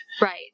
Right